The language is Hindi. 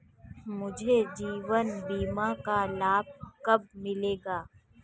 मुझे जीवन बीमा का लाभ कब मिलेगा?